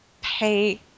pay